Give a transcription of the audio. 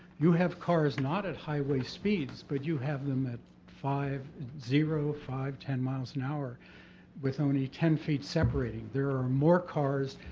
you have cars not at highway speeds, but you have them at five, zero, five, ten miles an hour with only ten feet separating. there are more cars.